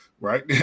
right